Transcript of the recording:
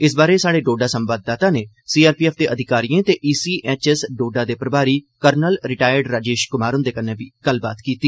इस बारै स्हाड़े डोडा संवाददाता नै सीआरपीएफ दे अधिकारिए ते ईसीएचएस डोडा दे प्रमारी कर्नल रिटायर्ड राजेश कुमार हुंदे कन्नै बी गल्लबात कीती